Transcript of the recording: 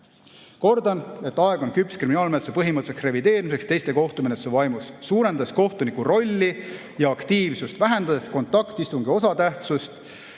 Kordan, et aeg on küps kriminaalmenetluse põhimõtteliseks revideerimiseks teiste kohtumenetluste vaimus, suurendades kohtuniku rolli ja aktiivsust, vähendades kontaktistungi osatähtsust